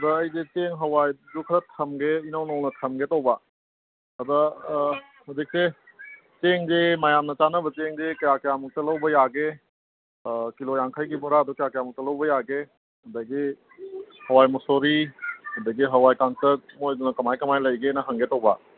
ꯑꯗꯨꯗ ꯑꯩꯁꯦ ꯆꯦꯡ ꯍꯋꯥꯏꯁꯨ ꯈꯔ ꯊꯝꯒꯦ ꯏꯅꯧ ꯅꯧꯅ ꯊꯝꯒꯦ ꯇꯧꯕ ꯑꯗ ꯑꯥ ꯍꯧꯖꯤꯛꯁꯦ ꯆꯦꯡꯁꯦ ꯃꯌꯥꯝꯅ ꯆꯥꯅꯕ ꯆꯦꯡꯁꯦ ꯀꯌꯥ ꯀꯌꯥꯃꯨꯛꯇ ꯂꯧꯕ ꯌꯥꯒꯦ ꯑꯥ ꯀꯤꯂꯣ ꯌꯥꯡꯈꯩꯒꯤ ꯕꯣꯔꯥꯗꯨ ꯀꯌꯥ ꯀꯌꯥꯃꯨꯛꯇ ꯂꯧꯕ ꯌꯥꯒꯦ ꯑꯗꯒꯤ ꯍꯋꯥꯏ ꯃꯨꯛꯁꯣꯔꯤ ꯑꯗꯒꯤ ꯍꯋꯥꯏ ꯀꯥꯡꯇꯛ ꯃꯣꯏꯗꯨꯅ ꯀꯃꯥꯏꯅ ꯀꯃꯥꯏꯅ ꯂꯩꯒꯦꯅ ꯍꯪꯒꯦ ꯇꯧꯕ